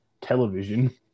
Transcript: television